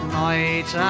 night